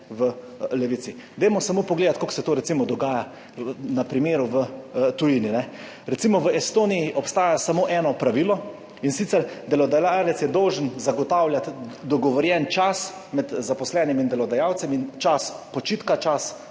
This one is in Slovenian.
v Levici. Dajmo samo pogledat, kako se to recimo dogaja na primer v tujini. Recimo v Estoniji obstaja samo eno pravilo, in sicer, delodajalec je dolžan zagotavljati dogovorjen čas med zaposlenimi in delodajalcem in čas počitka, čas